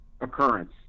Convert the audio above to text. occurrence